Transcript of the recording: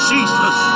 Jesus